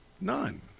None